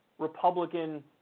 Republican